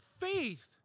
faith